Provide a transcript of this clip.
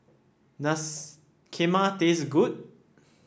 does Kheema taste good